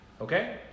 Okay